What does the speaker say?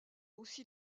aussi